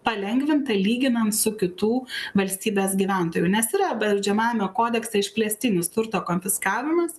palengvinta lyginant su kitų valstybės gyventojų nes yra baudžiamajame kodekse išplėstinis turto konfiskavimas